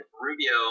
Rubio